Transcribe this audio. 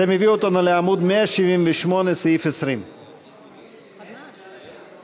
זה מביא אותנו לעמוד 178, סעיף 20. גברתי,